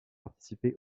participé